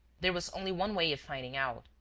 there was only one way of finding out,